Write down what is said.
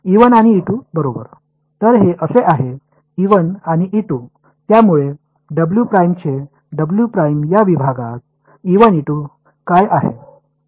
तर हे असे आहे आणि त्यामुळे डब्ल्यू प्राइम हे या विभागात काय आहे